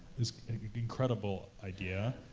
this incredible idea,